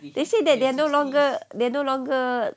they say they are no longer they are no longer